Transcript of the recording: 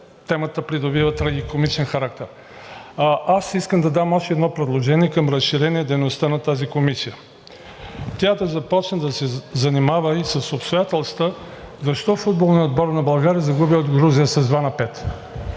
темата придобива трагикомичен характер. Аз искам да дам още едно предложение към разширение дейността на тази комисия – тя да започне да се занимава и с обстоятелствата защо футболният отбор на България загуби от Грузия с 2:5?